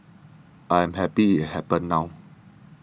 I am happy it happened now